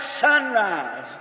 sunrise